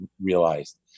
realized